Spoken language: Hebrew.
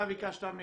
אתה ביקשת,